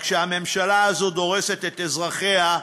רק שהממשלה הזאת דורסת את אזרחיה,